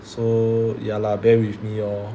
so ya lah bear with me lor